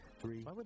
Three